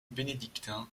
bénédictin